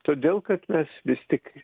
todėl kad mes vis tik